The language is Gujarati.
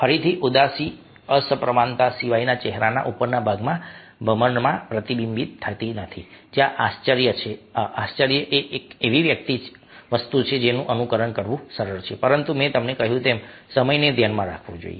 ફરીથી ઉદાસી અસમપ્રમાણતા સિવાયના ચહેરાના ઉપરના ભાગમાં ભમરમાં પ્રતિબિંબિત થતી નથી જ્યાં આશ્ચર્ય એ એવી વસ્તુ છે જેનું અનુકરણ કરવું સરળ છે પરંતુ મેં તમને કહ્યું તેમ સમયને ધ્યાનમાં રાખવો જોઈએ